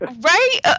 Right